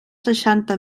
seixanta